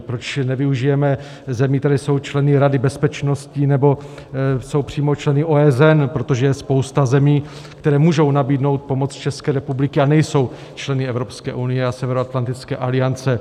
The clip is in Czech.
Proč nevyužijeme zemí, které jsou členy Rady bezpečnosti nebo jsou přímo členy OSN, protože je spousta zemí, které můžou nabídnout pomoc České republice a nejsou členy Evropské unie a Severoatlantické aliance.